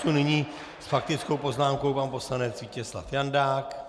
Nyní s faktickou poznámkou pan poslanec Vítězslav Jandák.